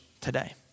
today